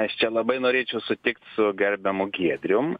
aš čia labai norėčiau sutikt su gerbiamu giedrium